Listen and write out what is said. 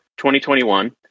2021